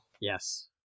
Yes